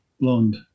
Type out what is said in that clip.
blonde